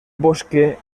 bosque